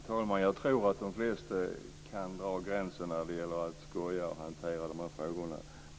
Fru talman! Jag tror att de flesta kan dra gränsen när det gäller att skoja och hantera de här frågorna.